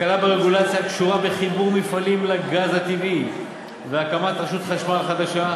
הקלה ברגולציה הקשורה בחיבור מפעלים לגז הטבעי והקמת רשות חשמל חדשה.